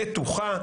בטוחה,